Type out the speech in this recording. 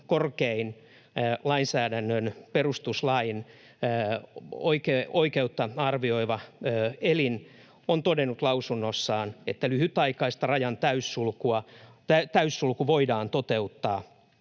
korkein lainsäädännön — perustuslain — oikeutta arvioiva elin, on todennut lausunnossaan, että lyhytaikainen rajan täyssulku voidaan toteuttaa